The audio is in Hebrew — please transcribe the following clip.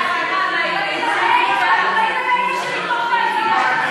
איפה הקואליציה שתצביע בעדכם?